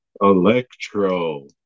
Electro